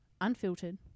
unfiltered